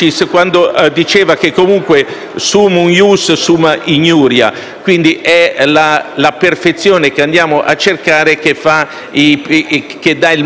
Dunque, la perfezione che andiamo a cercare porta al massimo dell'ingiustizia.